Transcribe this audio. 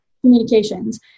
communications